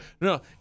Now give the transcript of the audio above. No